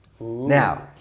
Now